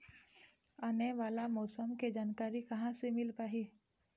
आने वाला मौसम के जानकारी कहां से मिल पाही?